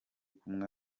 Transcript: kumwe